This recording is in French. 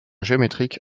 géométrique